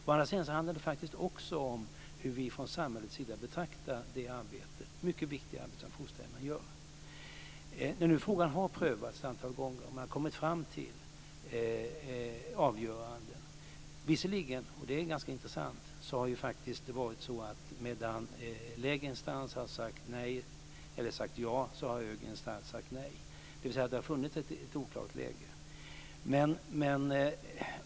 Å andra sidan handlar det också om hur vi från samhällets sida betraktar det mycket viktiga arbete som fosterhemmen gör. Frågan har nu prövats ett antal gånger, och man har kommit fram till avgöranden. Visserligen har det faktiskt - och det är ganska intressant - varit så att lägre instans har sagt ja medan högre instans har sagt nej. Det har alltså funnits ett oklart läge.